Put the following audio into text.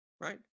right